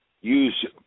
use